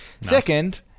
Second